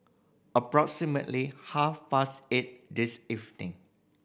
approximately half past eight this evening